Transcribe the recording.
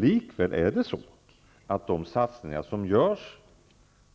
Det är likväl så att de satsningar vi gör,